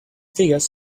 figures